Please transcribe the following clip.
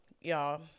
y'all